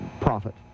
profit